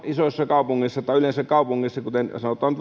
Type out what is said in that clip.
isoissa kaupungeissahan tai yleensä kaupungeissa kuten sanotaan